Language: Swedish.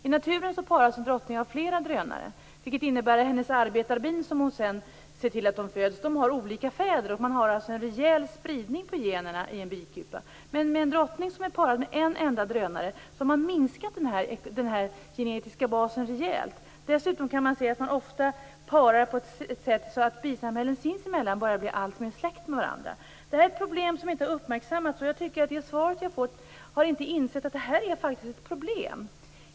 I naturen paras drottningen av flera drönare, vilket innebär att de arbetarbin som hon föder har olika fäder, och man har en rejäl spridning av generna i en bikupa. Men med en drottning som är parad med en enda drönare har man minskat denna genetiska basen rejält. Dessutom kan man se att man ofta parar bin på ett sådant sätt att bisamhällen sinsemellan börjar bli alltmer släkt med varandra. Detta är ett problem som inte har uppmärksammats. Jag tycker att jordbruksministern i och med det svar som jag har fått inte har insett att detta faktiskt är ett problem.